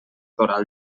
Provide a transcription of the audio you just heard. oral